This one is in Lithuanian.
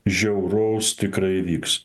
žiauraus tikrai vyks